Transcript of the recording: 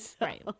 Right